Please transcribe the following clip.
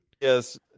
Yes